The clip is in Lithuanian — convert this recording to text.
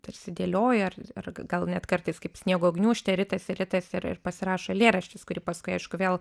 tarsi dėlioja ar ar gal net kartais kaip sniego gniūžtė ritasi ritasi ir ir pasirašo eilėraštis kurį paskui aišku vėl